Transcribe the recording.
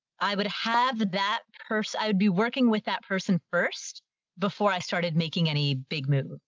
i would have that purse. i would be working with that person first before i started making any big moves. oh,